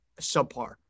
subpar